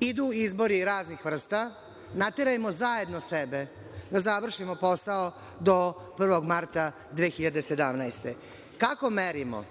Idu izbori raznih vrsta, naterajmo zajedno sebe da završimo posao do 1. marta 2017. godine. Kako merimo,